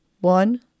One